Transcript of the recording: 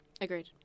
Agreed